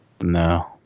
No